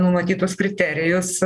numatytus kriterijus